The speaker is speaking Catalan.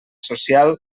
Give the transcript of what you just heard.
social